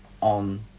on